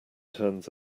turns